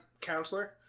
Counselor